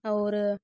और